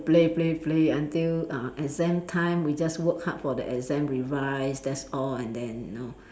play play play until uh exam time we just work hard for the exam revise that's all and then know